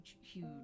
huge